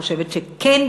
חושבת שכן,